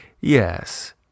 Yes